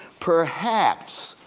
perhaps.